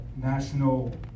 national